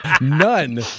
None